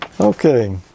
Okay